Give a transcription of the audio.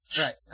Right